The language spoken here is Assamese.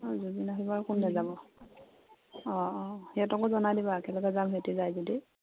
অঁ জুবিন আহিব আৰু কোন নেযাব অঁ অঁ সিহঁতকো জনাই দিবা একেলগে যাম সিহঁতি যায় যদি